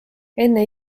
enne